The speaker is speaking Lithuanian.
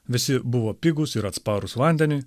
visi buvo pigūs ir atsparūs vandeniui